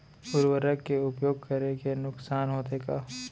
उर्वरक के उपयोग करे ले नुकसान होथे का?